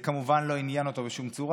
זה, כמובן, לא עניין אותו בשום צורה.